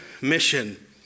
mission